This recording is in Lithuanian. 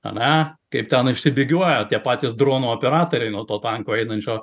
ane kaip ten išsibėgioja tie patys dronų operatoriai nuo to tanko einančio